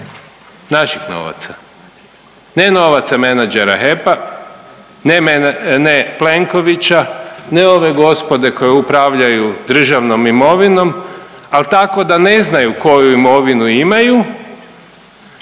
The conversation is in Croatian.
naših novaca, ne novaca menadžera HEP-a, ne Plenkovića, ne ove gospode koja upravljaju državnom imovinom, al tako da ne znaju koju imovinu imaju